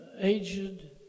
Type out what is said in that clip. aged